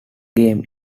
game